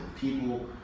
People